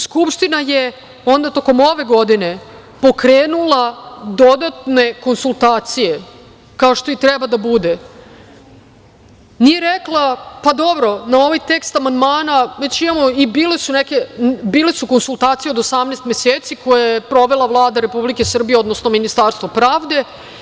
Skupština je onda tokom ove godine pokrenula dodatne konsultacije, kao što i treba da bude, nije rekla, pa dobro na ovaj tekst amandmana već imamo i bile su konsultacije od 18 meseci, koje je provela Vlada Republike Srbije, odnosno Ministarstvo pravde.